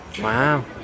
wow